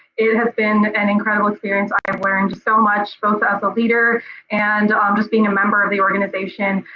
it has been an incredible experience. i've learned so much both as a leader and um just being a member of the organization.